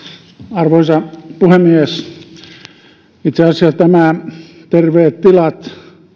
arvoisa puhemies itse asiassa tämä terveet tilat